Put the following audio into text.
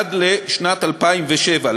עד לשנת 2007,